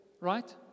right